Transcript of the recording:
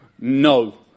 no